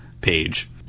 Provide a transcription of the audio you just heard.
page